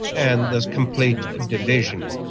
and there is complete ah division.